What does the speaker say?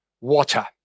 water